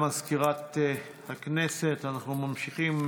מאת חברי הכנסת גבי לסקי ומוסי רז,